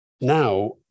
Now